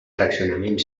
fraccionament